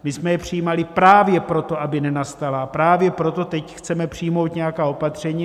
My jsme je přijímali právě proto, aby nenastala, právě proto teď chceme přijmout nějaká opatření.